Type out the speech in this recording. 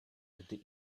gdy